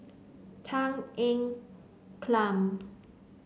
Tan Ean Kiam